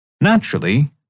Naturally